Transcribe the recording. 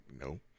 no